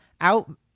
out